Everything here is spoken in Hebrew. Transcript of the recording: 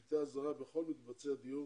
שלטי אזהרה בכל מקבצי הדיור